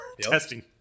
testing